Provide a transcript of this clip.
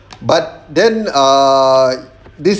but then err this